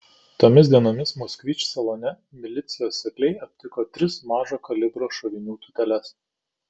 tomis dienomis moskvič salone milicijos sekliai aptiko tris mažo kalibro šovinių tūteles